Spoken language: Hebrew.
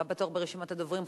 הבא בתור ברשימת הדוברים,